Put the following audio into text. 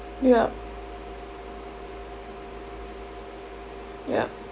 yup yup